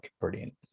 brilliant